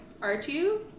R2